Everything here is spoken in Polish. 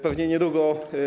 Pewnie niedługo.